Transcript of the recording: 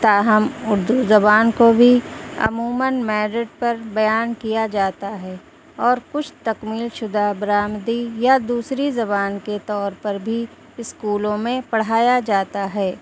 تاہم اردو زبان کو بھی عموماً میرٹ پر بیان کیا جاتا ہے اور کچھ تکمیل شدہ برآمدی یا دوسری زبان کے طور پر بھی اسکولوں میں پڑھایا جاتا ہے